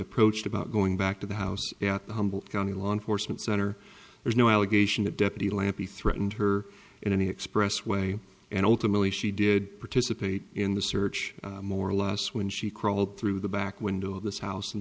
approached about going back to the house at the humble county law enforcement center there's no allegation that deputy lampy threatened her in any expressway and ultimately she did participate in the search more last when she crawled through the back window of this house